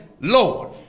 Lord